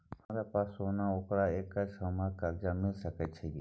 हमरा पास सोना छै ओकरा एवज में हमरा कर्जा मिल सके छै की?